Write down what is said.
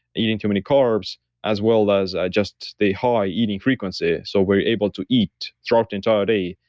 eating too many carbs, as well as just the high eating frequency. so we're able to eat throughout the entire day,